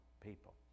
people